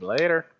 Later